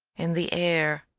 in the air,